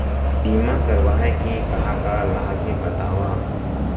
बीमा करवाय के का का लाभ हे बतावव?